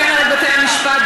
לפי הנהלת בתי המשפט,